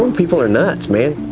um people are nuts, man.